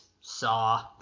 saw